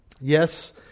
Yes